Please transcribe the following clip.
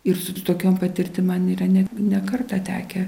ir su tokiom patirti man yra ne ne kartą tekę